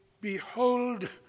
Behold